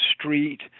street